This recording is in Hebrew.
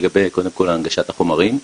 קודם כל לגבי הנגשת החומרים.